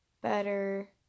Better